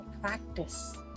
practice